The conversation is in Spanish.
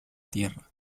tierra